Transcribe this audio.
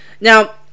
Now